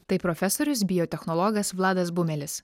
tai profesorius biotechnologas vladas bumelis